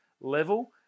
level